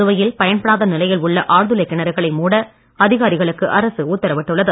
புதுவையில் பயன்படாத நிலையில் உள்ள ஆழ்துளை கிணறுகளை மூட அதிகாரிகளுக்கு அரசு உத்தரவிட்டுள்ளது